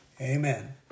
Amen